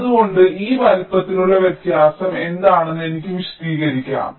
അതുകൊണ്ട് ഈ വലിപ്പത്തിലുള്ള വ്യത്യാസം എന്താണെന്ന് എനിക്ക് വിശദീകരിക്കാം